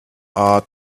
are